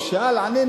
הוא שאל, ענינו.